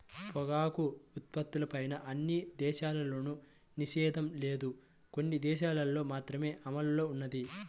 పొగాకు ఉత్పత్తులపైన అన్ని దేశాల్లోనూ నిషేధం లేదు, కొన్ని దేశాలల్లో మాత్రమే అమల్లో ఉన్నది